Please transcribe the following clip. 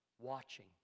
watching